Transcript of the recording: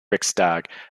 riksdag